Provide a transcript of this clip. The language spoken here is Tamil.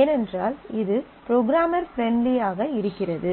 ஏனென்றால் இது ப்ரோக்ராமர் ப்ரண்ட்லி ஆக இருக்கிறது